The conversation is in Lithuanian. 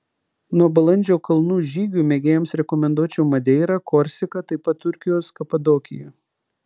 nuo balandžio kalnų žygių mėgėjams rekomenduočiau madeirą korsiką taip pat turkijos kapadokiją